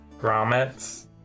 Grommets